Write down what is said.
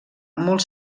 molt